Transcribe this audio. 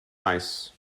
nice